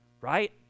right